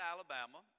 Alabama